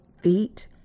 feet